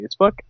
Facebook